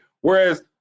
Whereas